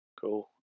Cool